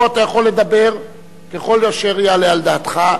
או שאתה יכול לדבר ככל אשר יעלה על דעתך.